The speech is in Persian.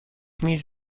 میز